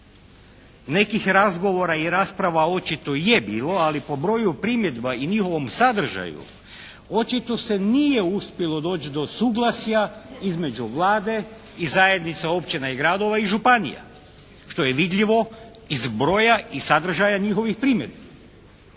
Nekih razgovora i rasprava očito je bilo, ali po broju primjedba i njihovom sadržaju očito se nije uspjelo doći do suglasja između Vlade i zajednica općina i gradova i županija što je vidljivo iz broja i sadržaja njihovih primjedbi